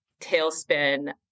tailspin